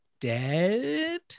dead